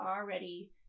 already